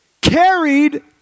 Carried